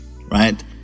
right